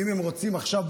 ואם הם רוצים עכשיו,